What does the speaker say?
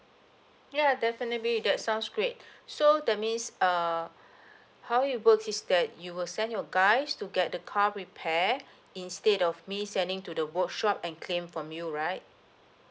ya definitely that sounds great so that means err how it works is that you will send your guys to get the car repair instead of me sending to the workshop and claim from you right